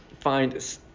find